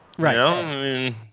Right